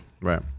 Right